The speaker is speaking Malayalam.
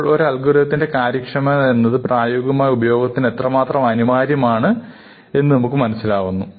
ഇപ്പോൾ ഒരു അൽഗോരിതത്തിന്റെ കാര്യക്ഷമത എന്നത് പ്രായോഗികമായ ഉപയോഗത്തിന് എത്രമാത്രം അനിവാര്യമാണ് എന്ന് നമുക് മനസ്സിലാകുന്നു